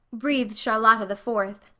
breathed charlotta the fourth,